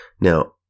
Now